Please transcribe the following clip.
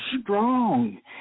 strong